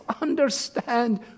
understand